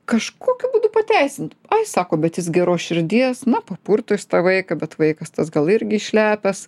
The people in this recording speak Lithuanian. kažkokiu būdu pateisint sako bet jis geros širdies na papurto jis tą vaiką bet vaikas tas gal irgi išlepęs